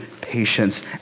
patience